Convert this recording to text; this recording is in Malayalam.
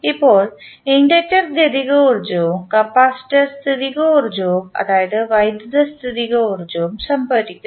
ഇപ്പോൾ ഇൻഡക്റ്റർ ഗതികോർജ്ജവും കപ്പാസിറ്റർ സ്ഥിതികോർജ്ജവും അതായത് വൈദ്യുത സ്ഥിതികോർജ്ജവും സംഭരിക്കുന്നു